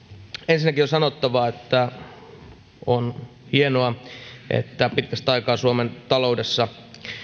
ensinnäkin on sanottava että on hienoa että pitkästä aikaa suomen taloudessa näkyy